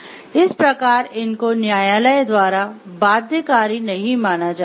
इस प्रकार इनको न्यायालय द्वारा बाध्यकारी नहीं माना जाता है